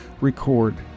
record